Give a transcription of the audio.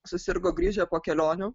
susirgo grįžę po kelionių